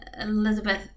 Elizabeth